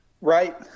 Right